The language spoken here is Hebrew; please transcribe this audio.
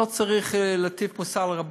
לא צריך להטיף מוסר לרבנים.